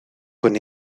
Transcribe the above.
con